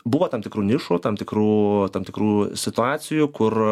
buvo tam tikrų nišų tam tikrų tam tikrų situacijų kur